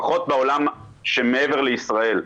לפחות בעולם שמעבר לישראל.